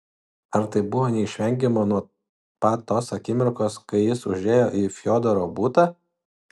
ar tai buvo neišvengiama nuo pat tos akimirkos kai jis užėjo į fiodoro butą